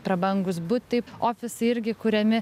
prabangūs butai ofisai irgi kuriami